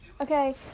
Okay